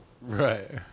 Right